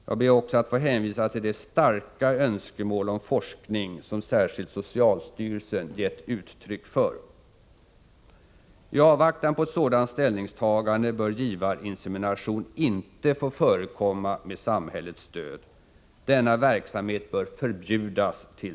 Jag ber att också få hänvisa till de starka önskemålen om forskning som särskilt socialstyrelsen gett uttryck för. I avvaktan på ett sådant ställningstagande bör givarinsemination inte få förekomma med samhällets stöd. Denna verksamhet bör förbjudas t. v.